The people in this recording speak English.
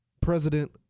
President